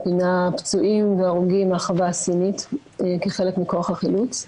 הוא פינה פצועים והרוגים מן החווה הסינית כחלק מכוח החילוץ.